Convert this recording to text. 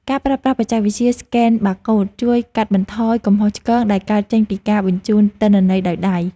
ការប្រើប្រាស់បច្ចេកវិទ្យាស្កេនបាកូដជួយកាត់បន្ថយកំហុសឆ្គងដែលកើតចេញពីការបញ្ចូលទិន្នន័យដោយដៃ។